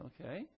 Okay